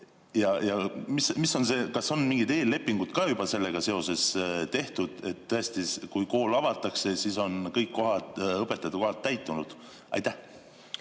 Ja kas on mingid eellepingud ka juba sellega seoses tehtud, et tõesti, kui kool avatakse, siis on kõik õpetajate kohad täitunud? Aitäh!